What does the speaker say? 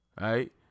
right